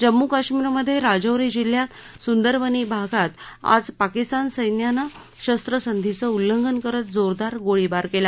जम्मू कश्मीरमधे राजौरी जिल्ह्यात सुंदरबनी भागात आज पाकिस्तान सैन्याने शस्त्रसंधीचं उल्लंघन करत जोरदार गोळीबार केला